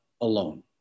alone